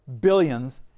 billions